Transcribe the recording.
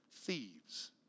thieves